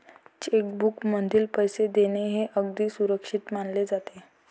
check बुकमधून पैसे देणे हे अगदी सुरक्षित मानले जाते